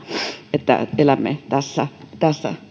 että elämme tässä